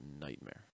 nightmare